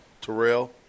Terrell